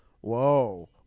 whoa